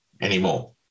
anymore